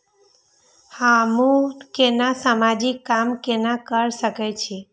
हमू केना समाजिक काम केना कर सके छी?